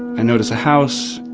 i notice a house,